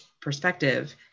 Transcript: perspective